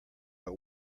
but